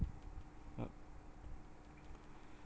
yup